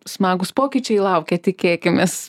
smagūs pokyčiai laukia tikėkimės